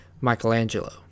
Michelangelo